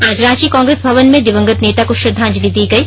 आज रांची कांग्रेस भवन में दिवंगत नेता को श्रद्धांजलि दी गयी